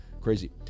crazy